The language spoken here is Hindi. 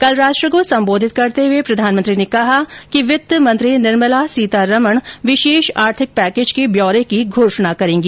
कल राष्ट्र को संबोधित करते हुए प्रधानमंत्री ने कहा वित्त मंत्री निर्मला सीतारमन विशेष आर्थिक पैकेज के ब्यौरे की घोषणा करेंगी